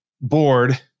board